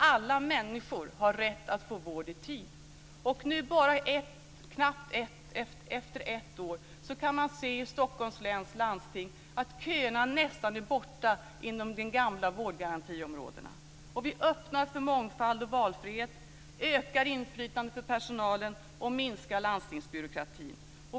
Alla människor har rätt att få vård i tid. Nu, efter bara ett år, kan man i Stockholms läns landsting se att köerna nästan är borta på de gamla vårdgarantiområdena. Vi öppnar för mångfald och valfrihet, ökar inflytandet för personalen och minskar landstingsbyråkratin.